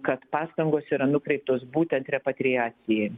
kad pastangos yra nukreiptos būtent repatriacijai